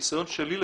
הניסיון שלי לפחות,